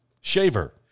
Shaver